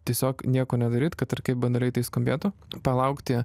tiesiog nieko nedaryt kad ir kaip banaliai tai skambėtų palaukti